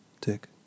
Tick